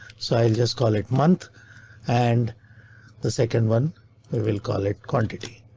so i'll just call it month and the second one will call it quantity.